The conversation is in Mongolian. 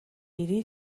ирье